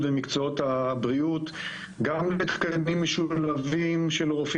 איזה בית חולים?